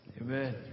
Amen